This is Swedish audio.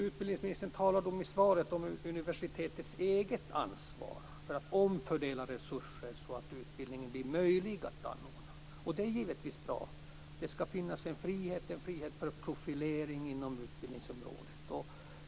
Utbildningsministern talade i svaret om universitetets eget ansvar för att omfördela resurser så att det blir möjligt att anordna utbildningen, och det är givetvis bra. Det skall finnas en frihet för profilering inom utbildningsområdet.